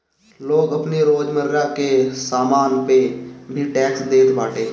लोग आपनी रोजमर्रा के सामान पअ भी टेक्स देत बाटे